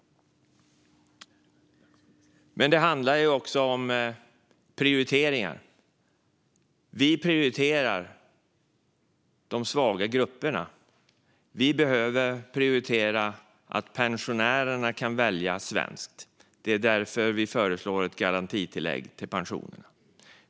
Men det handlar också om prioriteringar. Vi prioriterar de svaga grupperna. Vi behöver prioritera att pensionärerna kan välja svenskt. Därför föreslår vi ett garantitillägg till pensionen.